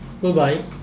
goodbye